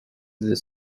the